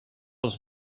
las